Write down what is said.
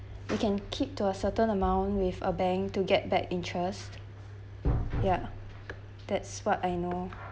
we can keep to a certain amount with a bank to get back interest ya that's what I know